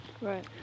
Right